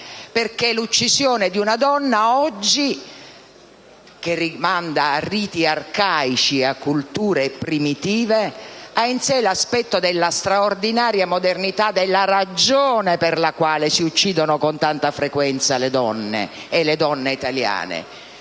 perché l'uccisione di una donna oggi - che rimanda a riti arcaici e a culture primitive - ha in sé l'aspetto della straordinaria modernità della ragione per la quale si uccidono con tanta frequenza le donne, e le donne italiane: